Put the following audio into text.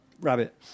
rabbit